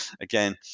again